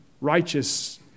righteous